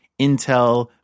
Intel